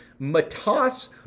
Matas